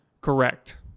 correct